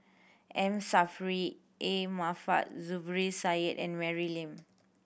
M Saffri A Manaf Zubir Said and Mary Lim